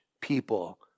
people